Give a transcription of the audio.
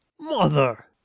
Mother